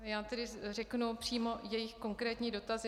A já tedy řeknu přímo jejich konkrétní dotazy.